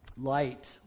Light